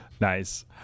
Nice